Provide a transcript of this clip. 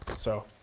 so